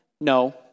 No